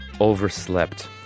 overslept